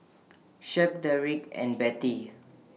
Shep Dedrick and Bettie